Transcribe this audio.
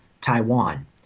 Taiwan